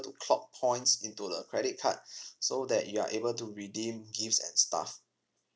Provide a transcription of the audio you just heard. to clock points into the credit card so that you are able to redeem gifts and stuff